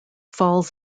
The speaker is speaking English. falls